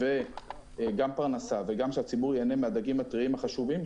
וגם פרנסה וגם שהציבור ייהנה מהדגים הטריים החשובים,